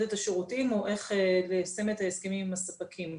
את השירותים או באיזו דרך ליישם את ההסכמים עם הספקים.